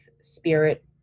spirit